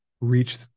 reach